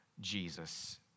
Jesus